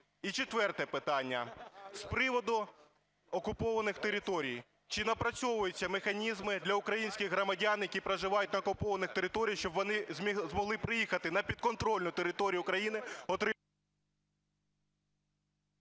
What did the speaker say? четверте питання: з приводу окупованих територій. Чи напрацьовується механізми для українських громадян, які проживають на окупованих територіях, щоб вони змогли приїхати на підконтрольну територію України